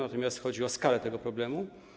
Natomiast chodzi o skalę tego problemu.